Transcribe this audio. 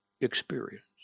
experience